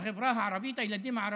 בחברה הערבית, הילדים הערבים,